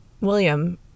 William